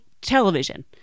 television